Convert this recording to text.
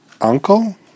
uncle